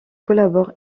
collabore